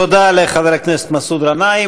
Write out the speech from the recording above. תודה לחבר הכנסת מסעוד גנאים.